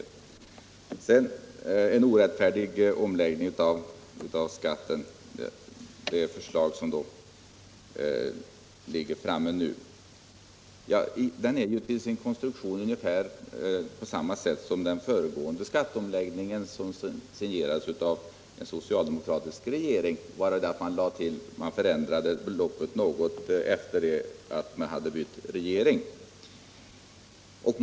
Det förslag till en ”orättfärdig” omläggning av skatten som nu är framlagt har ungefär samma konstruktion som den föregående skatteomläggningen, den som signerades av en socialdemokratisk regering. Det var bara beloppet som förändrades något efter regeringsskiftet.